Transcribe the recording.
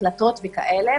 הקלטות וכאלה,